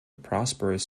prosperous